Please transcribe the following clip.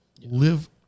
Live